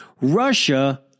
Russia